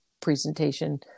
presentation